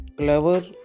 clever